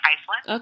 Iceland